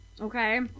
Okay